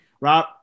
Rob